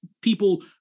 people